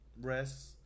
rest